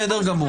בסדר גמור.